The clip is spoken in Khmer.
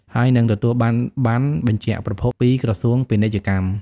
ហើយនឺងទទួលបានប័ណ្ណបញ្ជាក់ប្រភព ពីក្រសួងពាណិជ្ជកម្ម។